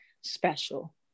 special